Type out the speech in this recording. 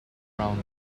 around